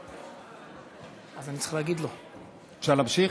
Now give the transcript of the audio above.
אפשר להמשיך?